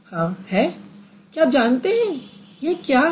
आप क्या जानते हैं यह क्या है